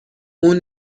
اون